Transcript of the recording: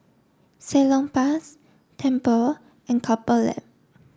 Salonpas Tempur and Couple Lab